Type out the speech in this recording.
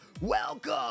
Welcome